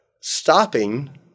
stopping